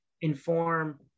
inform